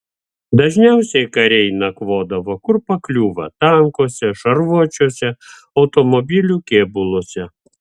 dažniausiai kariai nakvodavo kur pakliūva tankuose šarvuočiuose automobilių kėbuluose